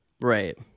right